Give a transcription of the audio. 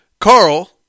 Carl